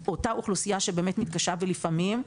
אותה אוכלוסיה שבאמת מתקשה ולפעמים,